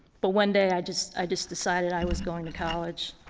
but one day i just i just decided i was going to college.